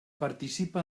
participa